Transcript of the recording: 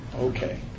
Okay